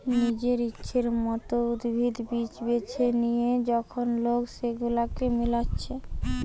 নিজের ইচ্ছের মত উদ্ভিদ, বীজ বেছে লিয়ে যখন লোক সেগুলাকে মিলাচ্ছে